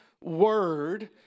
word